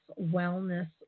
wellness